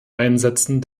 einsetzen